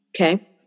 Okay